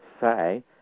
say